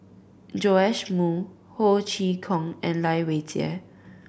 Joash Moo Ho Chee Kong and Lai Weijie